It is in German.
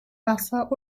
wasser